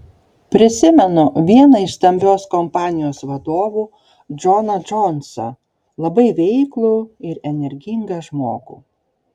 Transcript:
prisimenu vieną iš stambios kompanijos vadovų džoną džonsą labai veiklų ir energingą žmogų